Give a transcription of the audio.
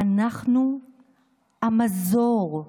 אנחנו המזור,